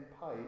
pipe